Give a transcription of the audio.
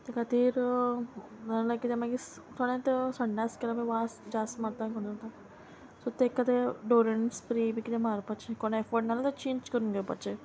तें खातीर नाल्या किदें मागी थोडे तें संडास केल्यार मागीर वास जास्त मारता खंय वता सो तांकां एका ते डोरेन स्प्रेय बी कितें मारपाचे कोण एफर्ड नाल्या चेंज करून घेवपाचे